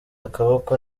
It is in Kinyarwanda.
akaboko